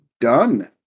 done